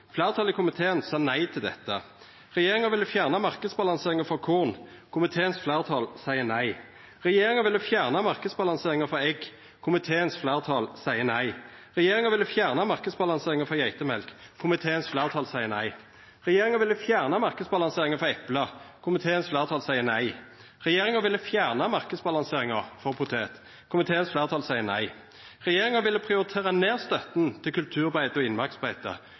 Fleirtalet i komiteen sa nei til dette. Regjeringa ville fjerna marknadsbalanseringa for korn. Komiteens fleirtal seier nei. Regjeringa ville fjerna marknadsbalanseringa for egg. Komiteens fleirtal seier nei. Regjeringa ville fjerna marknadsbalanseringa for geitemjølk. Komiteens fleirtal seier nei. Regjeringa ville fjerna marknadsbalanseringa for eple. Komiteens fleirtal seier nei. Regjeringa ville fjerna marknadsbalanseringa for poteter. Komiteens fleirtal seier nei. Regjeringa ville prioritera ned støtta til kulturbeite og